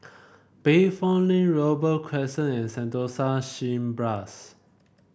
Bayfront Link Robey Crescent and Sentosa Cineblast